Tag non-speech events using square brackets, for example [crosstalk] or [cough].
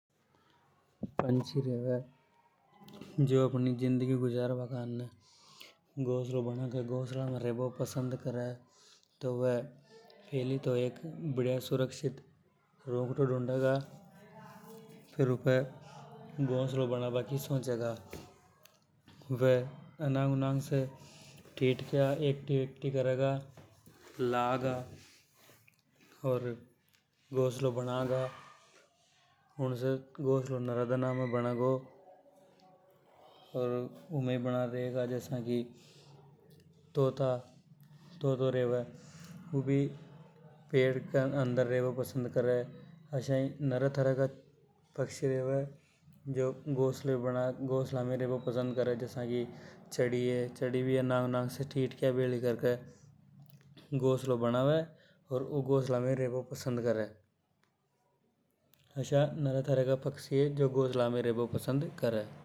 पंछी रेवे जे आफ़नो जीवन बिता बा करने [noise] पेड़ पे घोंसलों बना में रेबो पसंद करे। फैली तो वे बढ़िया सुरक्षित रुखड़ो ढूंढेगा [noise] फेर ऊपे घोंसलों बना बा की सोचेंगा। वे अनंग उनंग से ठिठकिया इक्टी वेकटी करेगा, लागा ओर घोंसलों बना गा। उन से घोंसलों नरा दन में बनेगो। [unintelligible] तोतों ऊ भी पेड़ के अंदर रेबो पसंद करे असा ई नरा तरह का पक्षी रेवे। [unintelligible] चढ़ी भी अनंग उनंग से ठिठकिया भेलीं [noise] करके घोंसलों बनावे, ओर ऊ घोंसला में रेबो पसंद करे। असा नारा तरह का पक्षी हे जो घोंसला में रेबो पसंद करे।